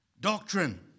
Doctrine